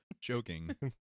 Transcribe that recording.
joking